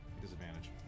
Disadvantage